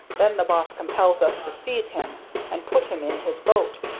then the boss compels us to seize him and put him in his boat,